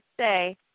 say